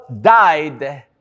died